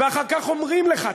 ואחר כך אומרים לך,